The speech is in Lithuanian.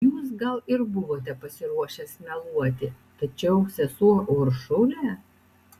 jūs gal ir buvote pasiruošęs meluoti tačiau sesuo uršulė